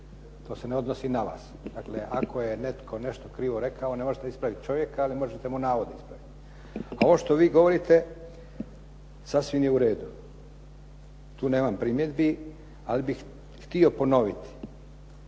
To se ne odnosi na vas. Dakle, ako je netko nešto krivo rekao ne možete ispraviti čovjeka ali možete mu navod ispraviti. A ovo što vi govorite sasvim je u redu. Tu nemam primjedbi ali bih htio ponoviti